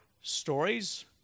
stories